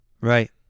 Right